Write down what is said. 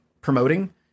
promoting